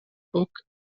book